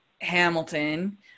hamilton